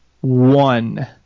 one